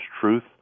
truth